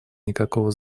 никакого